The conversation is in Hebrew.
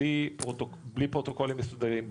בלי פרוטוקולים מסודרים,